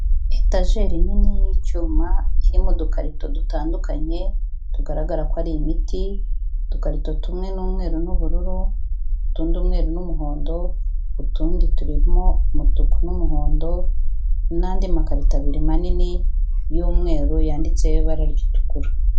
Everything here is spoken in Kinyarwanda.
Etageri nini y'icyuma kiririmo udukarito dutandukanye tugaragara ko ari imiti, udukarito tumwe n'umweru n'ubururu, utundi umweru n'umuhondo, utundi turimo umutuku n'umuhondo n'andi makarito abiri manini y'umweru yanditseho ibara ritukura.